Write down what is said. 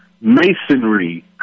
masonry